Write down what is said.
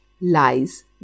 lies